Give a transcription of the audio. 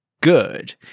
good